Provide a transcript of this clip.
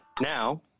now